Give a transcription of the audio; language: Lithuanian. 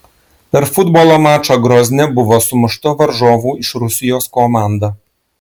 per futbolo mačą grozne buvo sumušta varžovų iš rusijos komanda